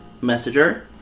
messenger